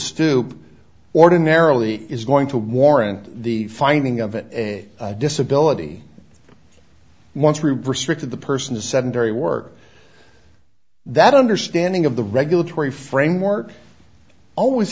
stoop ordinarily is going to warrant the finding of it a disability one trooper stripped of the person's sedentary work that understanding of the regulatory framework always